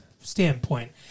standpoint